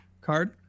card